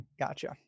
gotcha